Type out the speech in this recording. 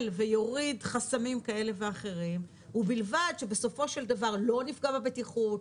ויוריד חסמים כאלה ואחרים ובלבד שבסופו של דבר לא נפגע בבטיחות,